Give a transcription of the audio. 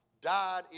died